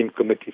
-committee